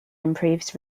improves